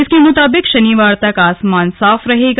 इसके मुताबिक शनिवार तक आसमान साफ रहेगा